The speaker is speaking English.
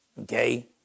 okay